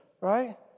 right